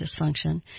dysfunction